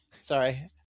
sorry